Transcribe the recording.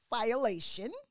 violation